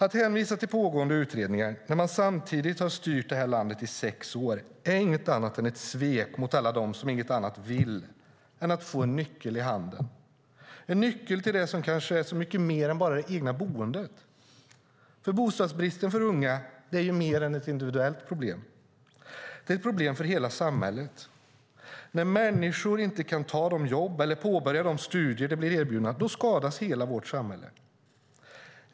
Att hänvisa till pågående utredningar när man samtidigt har styrt det här landet i sex år är inget annat än ett svek mot alla dem som inget annat vill än att få en nyckel i handen, en nyckel till det som kanske är så mycket mer än bara det egna boendet. Bostadsbristen för unga är mer än ett individuellt problem, det är ett problem för hela samhället. När människor inte kan ta de jobb eller påbörja de studier de blir erbjudna skadas hela vårt samhälle.